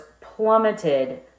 plummeted